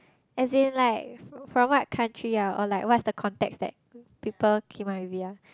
as in like from what country ah or like what's the context that people came up with it ah